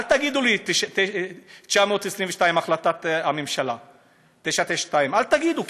אל תגידו לי: החלטת הממשלה 992. אל תגידו,